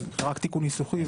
זה רק תיקון ניסוחי.